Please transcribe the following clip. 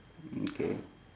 mm K